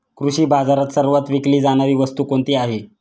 कृषी बाजारात सर्वात विकली जाणारी वस्तू कोणती आहे?